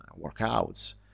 workouts